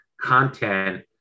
content